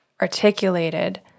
articulated